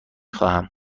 خواهم